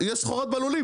יש סחורה בלולים,